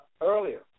earlier